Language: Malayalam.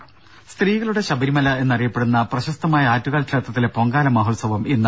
ദേദ സ്ത്രീകളുടെ ശബരിമല എന്നറിയപ്പെടുന്ന പ്രശസ്തമായ ആറ്റുകാൽ ക്ഷേത്രത്തിലെ പൊങ്കാല മഹോത്സവം ഇന്ന്